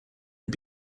had